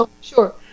Sure